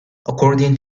according